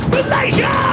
Malaysia